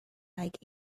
like